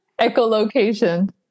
Echolocation